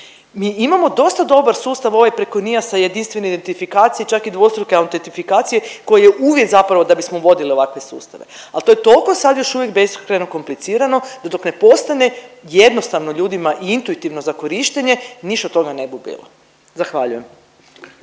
Mi imamo dosta dobar sustav ovaj preko NIAS-a i jedinstvene identifikacije, čak i dvostruke autentifikacije, koji je uvjet zapravo da bismo vodili ovakve sustave, ali to je toliko sad još uvijek beskrajno komplicirano da dok ne postane jednostavno ljudima i intuitivno za korištenje, niš od toga ne bu bilo. Zahvaljujem.